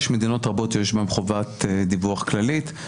יש מדינות רבות שיש בהן חובת דיווח כללית.